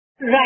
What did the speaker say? Right